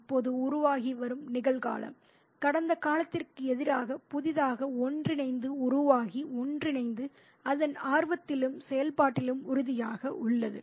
இப்போது உருவாகி வரும் நிகழ்காலம் கடந்த காலத்திற்கு எதிராக புதிதாக ஒன்றிணைந்து உருவாகி ஒன்றிணைந்து அதன் ஆர்வத்திலும் செயல்பாட்டிலும் உறுதியாக உள்ளது